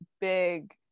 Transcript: big